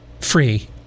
free